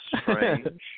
strange